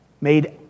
made